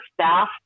staff